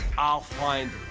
i'll find